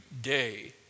day